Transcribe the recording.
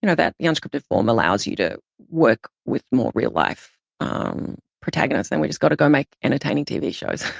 you know that the unscripted form allows you to work with more real-life um protagonists. and we've just gotta go make entertaining tv shows.